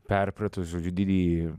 perpratus žodžiu didįjį